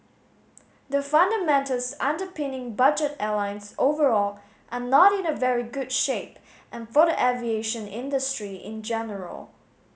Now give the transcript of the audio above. the fundamentals underpinning budget airlines overall are not in a very good shape and for the aviation industry in general